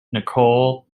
nicole